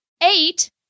Eight